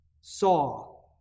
saw